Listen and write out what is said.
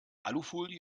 alufolie